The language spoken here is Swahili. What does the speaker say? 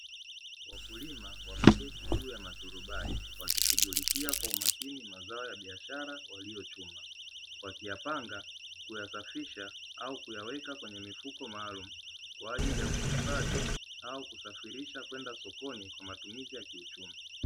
Wakulima wameketi juu ya maturubai wakishughulikia kwa makini mazao ya biashara waliyochuma, wakiyapanga, kuyasafisha au kuyaweka kwenye mifuko maalumu kwa ajili ya kuhifadhi au kusafirisha kwenda sokoni kwa ajili ya matumizi ya kiuchumi.